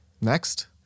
Next